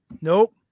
Nope